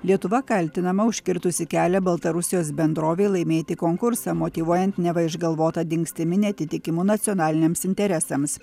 lietuva kaltinama užkirtusi kelią baltarusijos bendrovei laimėti konkursą motyvuojant neva išgalvota dingstimi neatitikimu nacionaliniams interesams